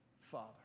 Father